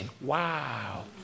wow